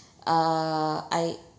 uh I